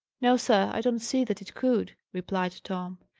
no, sir, i don't see that it could, replied tom.